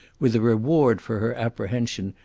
with a reward for her apprehension,